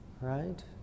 Right